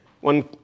One